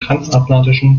transatlantischen